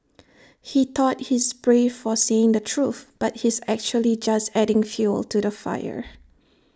he thought he's brave for saying the truth but he's actually just adding fuel to the fire